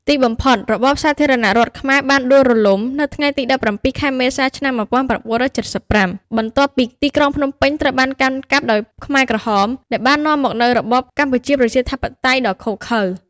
ទីបំផុត របបសាធារណរដ្ឋខ្មែរបានដួលរលំនៅថ្ងៃទី ១៧ ខែ មេសា ឆ្នាំ ១៩៧៥ បន្ទាប់ពីទីក្រុងភ្នំពេញត្រូវបានកាន់កាប់ដោយខ្មែរក្រហម ដែលបាននាំមកនូវរបបកម្ពុជាប្រជាធិបតេយ្យដ៏ឃោរឃៅ។